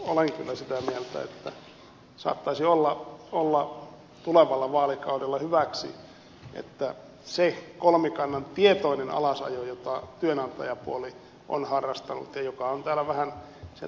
olen kyllä sitä mieltä että saattaisi olla tulevalla vaalikaudella hyväksi että se kolmikannan tietoinen alasajo jota työnantajapuoli on harrastanut ja joka on täällä vähän sieltä ed